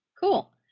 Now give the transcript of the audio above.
Cool